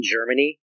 Germany